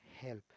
help